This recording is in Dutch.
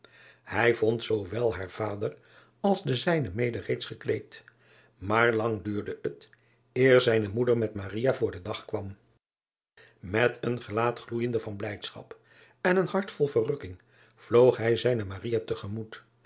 ij vond zoowel haar vader als den zijnen mede reeds gekleed maar lang duurde het eer zijne moeder met voor den dag kwam et een gelaat gloeijende van blijdschap en een hart vol verrukking vloog hij zijne te gemoet